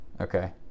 Okay